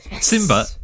Simba